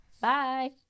Bye